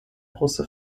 große